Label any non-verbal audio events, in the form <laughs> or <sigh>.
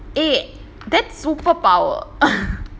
eh that's super power <laughs>